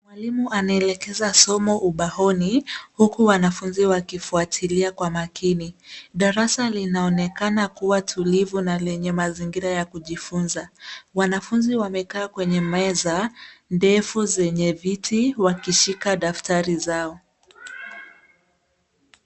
Mwalimu anaelekeza somo ubaoni, huku wanafunzi wakifuatilia kwa makini. Darasa linaonekana kuwa tulivu, na lenye mazingira ya kujifunza. Wanafunzi wamekaa kwenye meza, ndefu, zenye viti, wakishika daftrai zao.